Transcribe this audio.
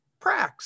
Prax